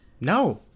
No